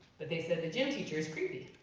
but they said the gym teacher's creepy.